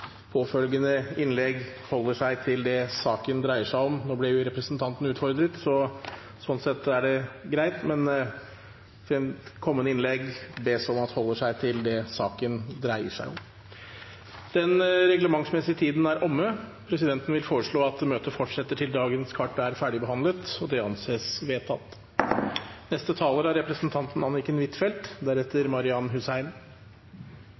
påfølgende innlegg holder seg til det saken dreier seg om. Nå ble representanten utfordret, så sånn sett er det greit, men presidenten ber om at man i kommende innlegg holder seg til det saken dreier seg om. Den reglementsmessige tiden er omme. Presidenten vil foreslå at møtet fortsetter til dagens kart er ferdigbehandlet. – Det anses vedtatt. Det som kanskje blir tydeligere og tydeligere mot slutten av denne diskusjonen, er